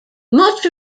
much